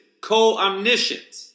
co-omniscient